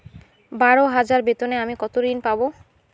বারো হাজার বেতনে আমি কত ঋন পাব?